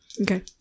Okay